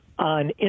On